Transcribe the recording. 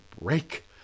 break